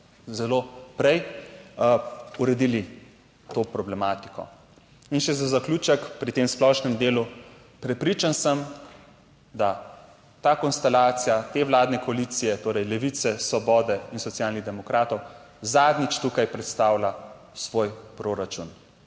zelo prej uredili to problematiko. In še za zaključek pri tem splošnem delu. Prepričan sem, da ta konstelacija te vladne koalicije, torej Levice, svobode in Socialnih demokratov zadnjič tukaj predstavlja svoj proračun.